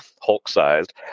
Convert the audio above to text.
Hulk-sized